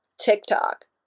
TikTok